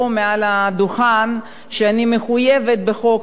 שאני מחויבת בחוק הזה לתיאום גם עם משרד